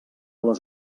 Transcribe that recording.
les